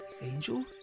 Angel